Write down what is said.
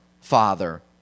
Father